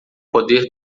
poder